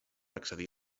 accedir